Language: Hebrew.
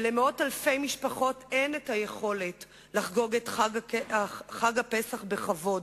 ולמאות אלפי משפחות אין היכולת לחגוג את חג הפסח בכבוד.